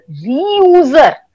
reuser